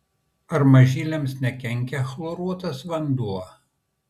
ar mažyliams nekenkia chloruotas vanduo